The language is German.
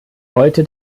heute